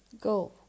go